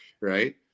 right